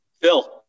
Phil